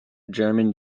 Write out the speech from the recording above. german